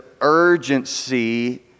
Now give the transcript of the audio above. urgency